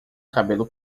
cabelo